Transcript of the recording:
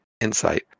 insight